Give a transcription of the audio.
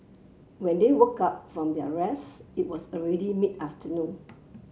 when they woke up from their rest it was already mid afternoon